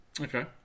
Okay